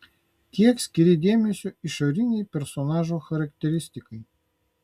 kiek skiri dėmesio išorinei personažo charakteristikai